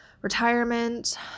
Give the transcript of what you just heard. retirement